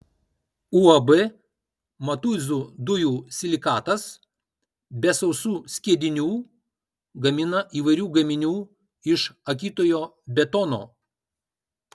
uab matuizų dujų silikatas be sausų skiedinių gamina įvairių gaminių iš akytojo betono